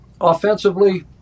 offensively